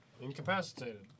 Incapacitated